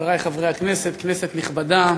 חברי חברי הכנסת, כנסת נכבדה,